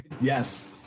Yes